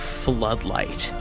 floodlight